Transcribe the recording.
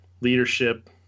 leadership